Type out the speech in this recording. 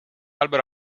albero